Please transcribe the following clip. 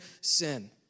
sin